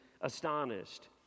astonished